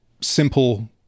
simple